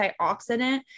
antioxidant